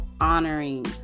honoring